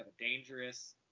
dangerous